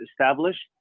established